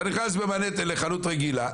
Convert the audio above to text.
אתה נכנס במנהטן לחנות רגילה,